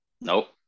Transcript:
nope